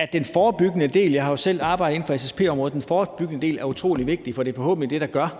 SSP-samarbejdet – er utrolig vigtig, for det er forhåbentlig det, der gør,